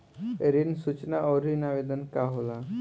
ऋण सूचना और ऋण आवेदन का होला?